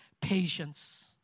patience